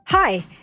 Hi